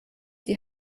die